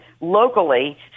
locally